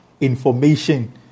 information